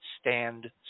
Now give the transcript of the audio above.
stand